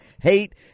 hate